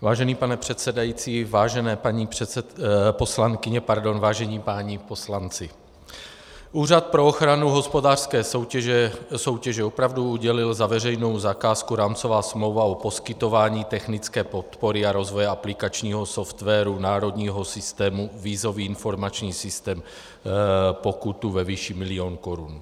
Vážený pane předsedající, vážené paní poslankyně, vážení páni poslanci, Úřad pro ochranu hospodářské soutěže opravdu udělil za veřejnou zakázku Rámcová smlouva o poskytování technické podpory a rozvoje aplikačního softwaru národního systému vízový informační systém pokutu ve výši milion korun.